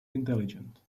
intelligent